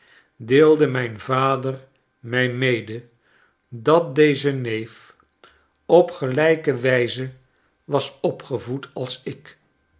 deelde mijn vader mij mede dat deze neef op gelijke wijze was opgevoed als ik